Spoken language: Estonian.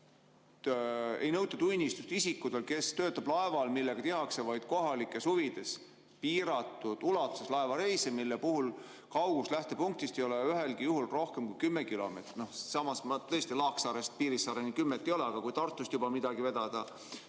et ei nõuta tunnistust isikult, kes "töötab laeval, millega tehakse vaid kohalikes huvides piiratud ulatuses laevareise, mille puhul kaugus lähtepunktist ei ole ühelgi juhul rohkem kui kümme kilomeetrit". Samas tõesti, Laaksaarest Piirissaareni kümmet ei ole, aga kui juba Tartust midagi vedada,